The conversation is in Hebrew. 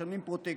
משלמים פרוטקשן.